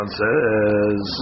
says